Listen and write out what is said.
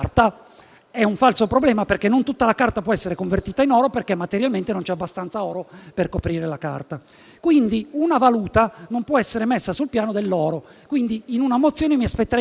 è un falso problema perché non tutta la carta può essere convertita in oro, atteso che materialmente non c'è abbastanza oro per coprire la carta. Una valuta non può quindi essere messa sul piano dell'oro e pertanto in una mozione mi sarei aspettato